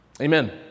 Amen